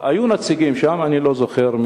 היו נציגים שם, אני לא זוכר.